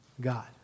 God